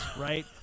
right